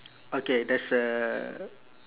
okay there's a